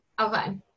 Okay